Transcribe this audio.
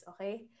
okay